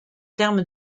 termes